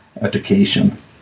education